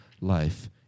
life